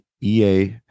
Ea